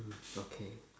okay